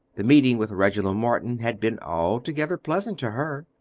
the meeting with reginald morton had been altogether pleasant to her.